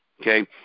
okay